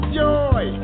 joy